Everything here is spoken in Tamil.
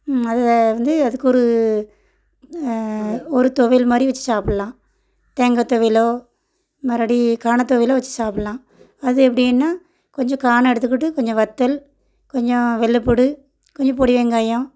அதை வந்து அதுக்கு ஒரு ஒரு துவையல் மாதிரி வச்சு சாப்பிட்லாம் தேங்காய் துவையலோ மறுபடி கானா துவையலோ வச்சு சாப்பிட்லாம் அது எப்படின்னா கொஞ்சோம் கானா எடுத்துக்கிட்டு கொஞ்சம் வத்தல் கொஞ்சோம் வெள்ளப் புண்டு கொஞ்சோம் பொடி வெங்காயம்